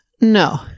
No